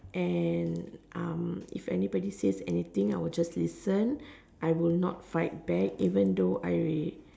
and um if anybody says anything I would just listen I will not fight back even though I will